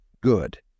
good